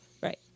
Right